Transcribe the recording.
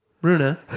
Bruna